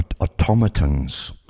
automatons